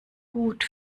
gut